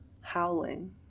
howling